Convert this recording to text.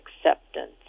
acceptance